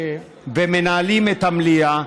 שמנהלים את המליאה,